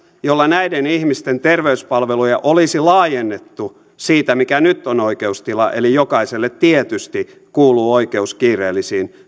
jolla näiden ihmisten terveyspalveluja olisi laajennettu siitä mikä nyt on oikeustila jokaiselle tietysti kuuluu oikeus kiireellisiin